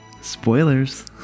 spoilers